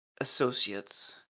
Associates